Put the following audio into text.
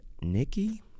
Nikki